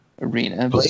arena